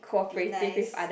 be nice